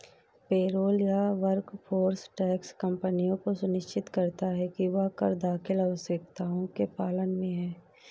payroll या workforce tax कंपनियों को सुनिश्चित करता है कि वह कर दाखिल आवश्यकताओं के अनुपालन में है